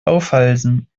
aufhalsen